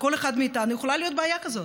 לכל אחד מאיתנו יכולה להיות בעיה כזאת.